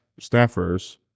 staffers